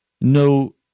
no